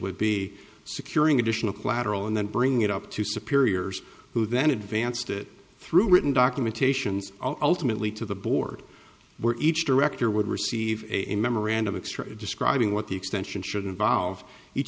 would be securing additional collateral and then bring it up to sapir ears who then advanced it through written documentations ultimately to the board were each director would receive a memorandum extra describing what the extension should involve each